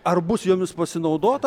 ar bus jomis pasinaudota